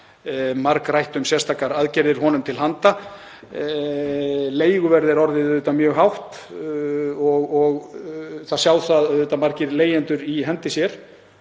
margrætt um sérstakar aðgerðir honum til handa. Leiguverð er orðið mjög hátt og auðvitað sjá margir leigjendur það í hendi sér